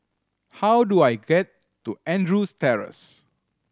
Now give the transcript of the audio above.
how do I get to Andrews Terrace